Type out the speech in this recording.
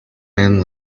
man